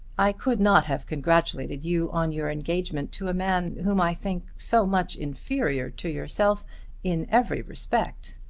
i could not have congratulated you on your engagement to a man whom i think so much inferior to yourself in every respect.